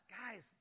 guys